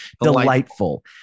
Delightful